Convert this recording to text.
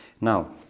Now